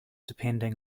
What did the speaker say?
depending